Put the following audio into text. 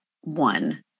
one